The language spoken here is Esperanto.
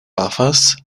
pafas